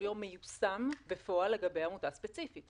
יום מיושם בפועל לגבי עמותה ספציפית,